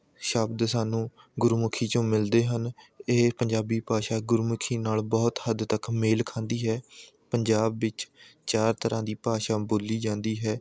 ਸ਼ਬਦ ਸਾਨੂੰ ਗੁਰਮੁਖੀ ਵਿੱਚੋਂ ਮਿਲਦੇ ਹਨ ਇਹ ਪੰਜਾਬੀ ਭਾਸ਼ਾ ਗੁਰਮੁਖੀ ਨਾਲ ਬਹੁਤ ਹੱਦ ਤੱਕ ਮੇਲ ਖਾਂਦੀ ਹੈ ਪੰਜਾਬ ਵਿੱਚ ਚਾਰ ਤਰ੍ਹਾਂ ਦੀ ਭਾਸ਼ਾ ਬੋਲੀ ਜਾਂਦੀ ਹੈ